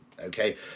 okay